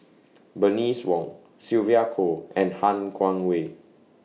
Bernice Wong Sylvia Kho and Han Guangwei